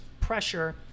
pressure